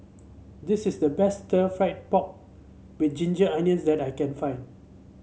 this is the best Stir Fried Pork with Ginger Onions that I can find